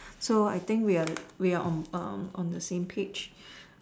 so I think we are the we are on Par on the same page